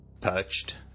Perched